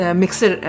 mixer